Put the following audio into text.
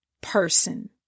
person